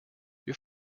wir